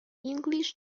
english